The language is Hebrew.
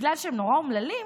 בגלל שהם נורא אומללים,